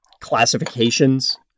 classifications